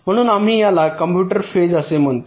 म्हणून आम्ही याला कॉम्प्यूट फेज असे म्हणतो